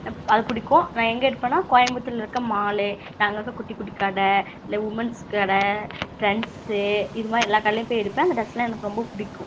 அது பிடிக்கும் நான் எங்கே எடுப்பேன்னா கோயம்புத்தூரில் இருக்க மாலு இருக்க அங்கங்கே குட்டி குட்டி கடை இல்லை உமென்ஸ் கடை ட்ரெண்ட்ஸு இது மாதிரி எல்லா கடையிலையும் போய் எடுப்பேன் அந்த டிரெஸ் எல்லாம் எனக்கு ரொம்ப பிடிக்கும்